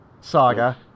saga